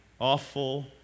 awful